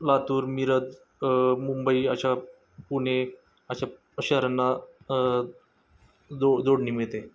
लातूर मिरज मुंबई अशा पुणे अशा शहरांना जो जोडणी मिळते